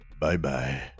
Bye-bye